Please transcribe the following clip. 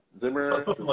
Zimmer